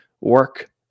work